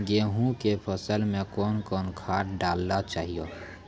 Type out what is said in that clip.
गेहूँ के फसल मे कौन कौन खाद डालने चाहिए?